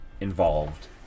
involved